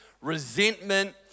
resentment